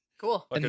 Cool